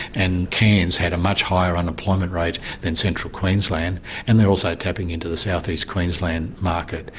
and cairns had a much higher unemployment rate than central queensland and they are also tapping into the south-east queensland market.